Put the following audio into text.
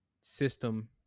system